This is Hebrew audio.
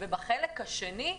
ובחלק השני,